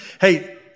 Hey